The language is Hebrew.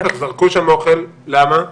זרקו שם אוכל, למה?